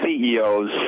CEOs